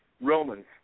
Romans